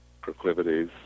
proclivities